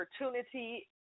opportunity